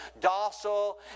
docile